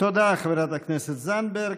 תודה, חברת הכנסת זנדברג.